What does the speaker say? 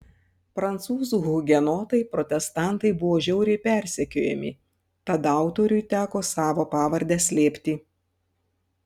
prancūzų hugenotai protestantai buvo žiauriai persekiojami tad autoriui teko savo pavardę slėpti